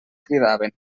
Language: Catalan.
cridaven